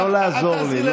לא לעזור לי.